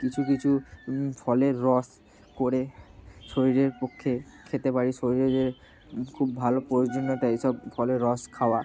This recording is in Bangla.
কিছু কিছু ফলের রস করে শরীরের পক্ষে খেতে পারি শরীরে খুব ভালো প্রয়োজনীয়তা এই সব ফলের রস খাওয়া